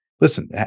listen